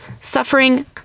Suffering